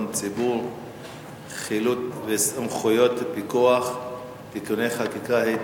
הציבור (חילוט וסמכויות פיקוח) (תיקוני חקיקה),